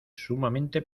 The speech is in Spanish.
sumamente